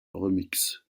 remix